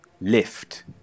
lift